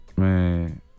man